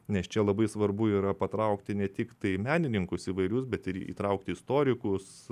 nes čia labai svarbu yra patraukti ne tiktai menininkus įvairius bet ir įtraukti istorikus